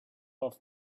off